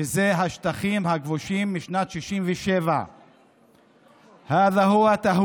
שזה השטחים הכבושים משנת 67'. (חוזר על הדברים